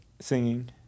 singing